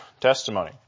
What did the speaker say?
testimony